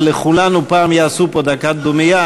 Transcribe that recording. אבל לכולנו פעם יעשו פה דקת דומייה,